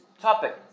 topic